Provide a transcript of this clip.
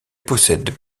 possède